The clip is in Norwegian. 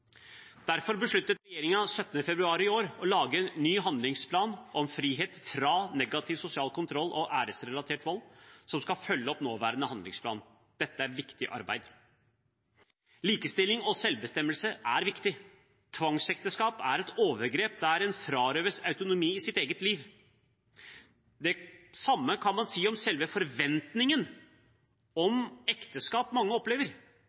Derfor besluttet regjeringen den 17. februar i år å lage en ny handlingsplan, Frihet fra negativ sosial kontroll og æresrelatert vold, som skal følge opp nåværende handlingsplan. Dette er viktig arbeid. Likestilling og selvbestemmelse er viktig. Tvangsekteskap er et overgrep der en frarøves autonomi i sitt eget liv. Det samme kan man si om selve forventningen om ekteskap mange opplever,